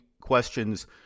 questions